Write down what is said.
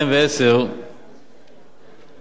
כ-173,000 שכירים,